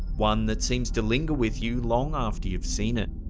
one that seems to linger with you long after you've seen it.